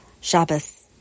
Shabbos